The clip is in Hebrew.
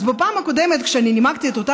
אז בפעם הקודמת שאני נימקתי את אותה